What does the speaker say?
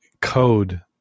code